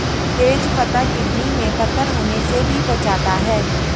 तेज पत्ता किडनी में पत्थर होने से भी बचाता है